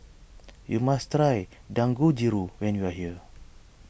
you must try Dangojiru when you are here